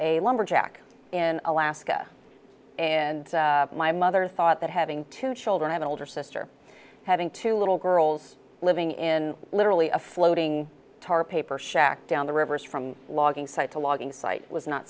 a lumberjack in alaska and my mother thought that having two children have an older sister having two little girls living in literally a floating tarpaper shack down the rivers from logging site to logging site was not